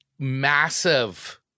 Massive